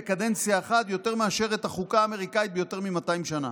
יותר מאשר את החוקה האמריקאית ביותר מ-200 שנה.